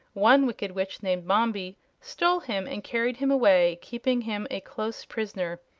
one wicked witch named mombi stole him and carried him away, keeping him a close prisoner.